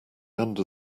under